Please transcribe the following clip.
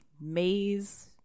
maze